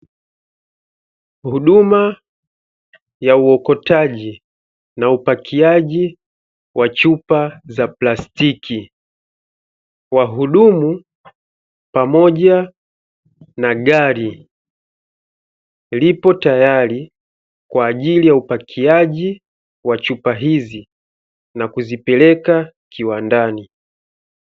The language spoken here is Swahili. Huduma ya uokotaji na upakiaji wa chupa za plastiki wahudumu pamoja na gari, lipo tayari kwa ajili ya upakiaji wa chupa hizi na kuzipeleka kiwandani.